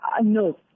No